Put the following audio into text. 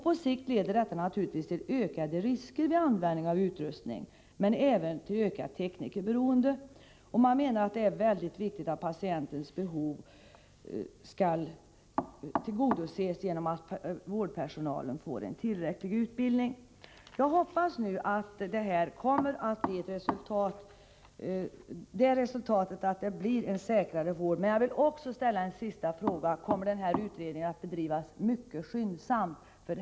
På sikt leder detta naturligtvis till ökade risker vid användning av utrustning men även till ökat teknikerberoende.” Man menar att det är mycket viktigt att patientens behov kan tillgodoses genom att vårdpersonalen får en tillräcklig utbildning. Jag vill ställa en sista fråga: Kommer utredningen att bedrivas mycket skyndsamt?